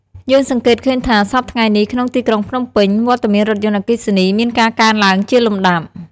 យើងសង្កេតឃើញថា សព្វថ្ងៃនេះ ក្នុងទីក្រុងភ្នំពេញ វត្តមានរថយន្តអគ្គិសនីមានការកើនឡើងជាលំដាប់។